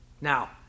now